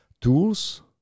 tools